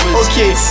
okay